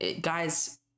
guys